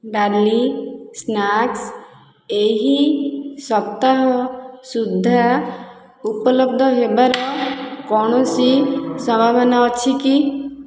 ଡାଲି ସ୍ନାକ୍ସ ଏହି ସପ୍ତାହ ସୁଦ୍ଧା ଉପଲବ୍ଧ ହେବାର କୌଣସି ସମ୍ଭାବନା ଅଛି କି